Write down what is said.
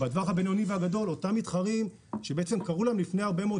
אבל בטווח הבינוני והגדול אותם מתחרים שקראו להם לפני הרבה מאוד